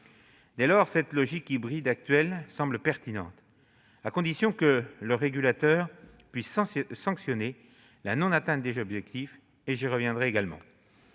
Dès lors, la logique hybride actuelle semble pertinente, à condition que le régulateur puisse sanctionner la non-atteinte des objectifs, j'y reviendrai également.